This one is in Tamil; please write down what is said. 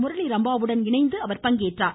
முரளி ரம்பாவுடன் இணைந்து அவர் பங்கேற்றார்